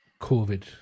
covid